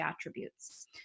attributes